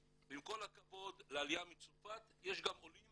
ועם כל הכבוד לעליה מצרפת יש גם עולים